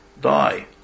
die